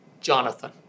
Jonathan